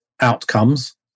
outcomes